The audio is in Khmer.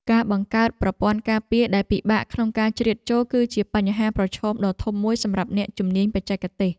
ការបង្កើតប្រព័ន្ធការពារដែលពិបាកក្នុងការជ្រៀតចូល គឺជាបញ្ហាប្រឈមដ៏ធំមួយសម្រាប់អ្នកជំនាញបច្ចេកទេស។